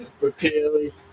repeatedly